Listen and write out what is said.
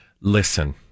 Listen